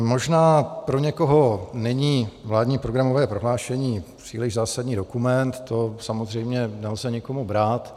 Možná pro někoho není vládní programové prohlášení příliš zásadní dokument, to samozřejmě nelze nikomu brát.